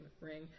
ring